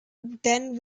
then